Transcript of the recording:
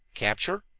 capture?